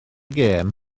gêm